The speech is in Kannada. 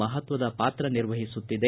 ಮಹತ್ವದ ಪಾತ್ರ ನಿರ್ವಹಿಸುತ್ತಿದೆ